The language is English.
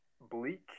bleak